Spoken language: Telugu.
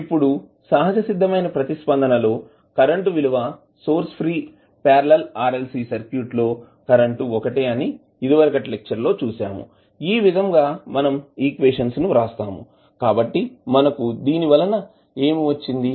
ఇప్పుడు సహజసిద్దమైన ప్రతిస్పందన లో కరెంటు విలువ source free parallel RLC circuit లో కరెంటు ఒకటే అని ఇదివరకటి లెక్చర్ లో చూసాముఈ విధంగా మనం ఈక్వేషన్స్ ను వ్రాస్తాము కాబట్టి మనకు దీని వలన ఏమి వచ్చింది